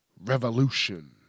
revolution